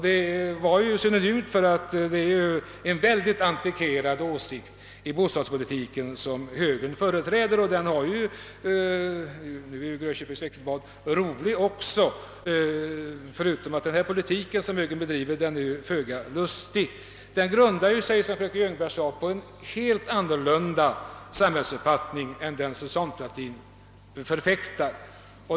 Det får väl tydas så att det är en mycket antikverad syn på bostadspolitiken som högern företräder. Nu är ju Grönköpings Veckoblad dessutom roligt, medan den politik som högern bedriver är föga lustig. Den grundar sig, som fröken Ljungberg sade, på en helt annan samhällsuppfattning än den som socialdemokratin förfäktar.